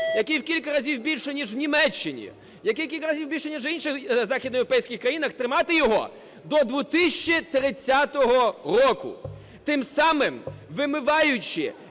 який в кілька разів більший, ніж в Німеччині, який в кілька разів більший, ніж в інших західноєвропейських країнах, тримати його до 2030 року, тим самим вимиваючи